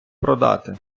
продати